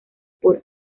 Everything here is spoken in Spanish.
por